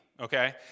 Okay